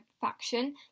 faction